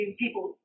people